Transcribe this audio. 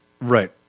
Right